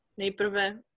Nejprve